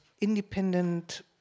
independent